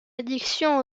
addiction